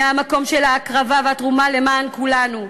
מהמקום של ההקרבה והתרומה למען כולנו.